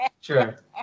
Sure